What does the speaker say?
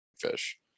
fish